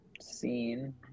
scene